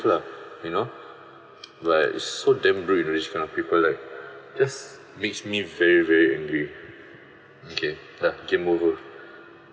lah you know like so damn rude you know this kind of people like just makes me very very angry okay lah game over